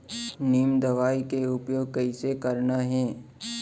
नीम दवई के उपयोग कइसे करना है?